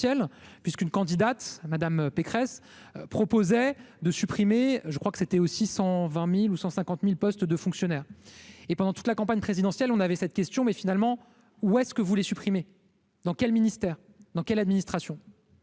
puisqu'une candidate à Madame Pécresse proposait de supprimer, je crois que c'était aussi 120000 ou 150000 postes de fonctionnaires et pendant toute la campagne présidentielle, on avait cette question mais finalement ou est-ce que vous voulez supprimer dans quel ministère dans quel administration